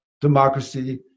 democracy